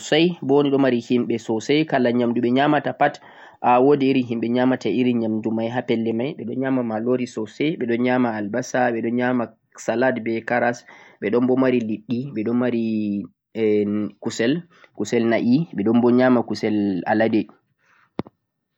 leddi peru ni hanndi ma leddi on de ɗo mari nyaamndu soosay bo di ɗo mari himɓe soosay. Kala nyaamndu ɓe nyaamata pat a woodi iri himɓe nyaamata irin nyaamndu may ha pelle may, ɓe nyaama maaloori soosay, ɓe ɗon nyaama albasa, ɓe ɗon nyaama salat be karas, ɓe ɗon bo mari liɗɗi, ɓe ɗon mari kusel, kusel na'i, ɓe ɗon bo nyaama kusel alade.